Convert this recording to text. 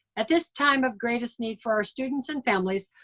at this time of greatest need for our students and families,